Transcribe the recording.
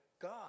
God